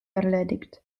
erledigt